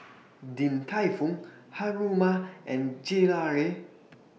Din Tai Fung Haruma and Gelare